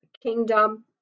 kingdom